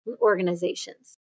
organizations